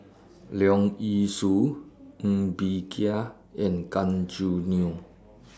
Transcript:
Leong Yee Soo Ng Bee Kia and Gan Choo Neo